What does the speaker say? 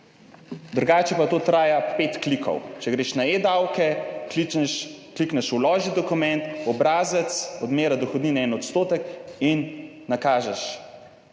Drugače pa to traja 5 klikov, če greš na e-davke, klikneš vloži dokument, obrazec, odmera dohodnine 1 % in nakažeš,